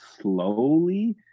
slowly